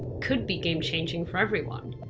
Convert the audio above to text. could be game changing for everyone.